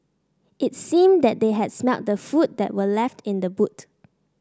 it seemed that they had smelt the food that were left in the boot